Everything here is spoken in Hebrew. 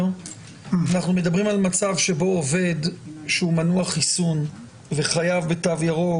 אנחנו מדברים על מצב שבו עובד הוא מנוע חיסון ומחויב בתו ירוק,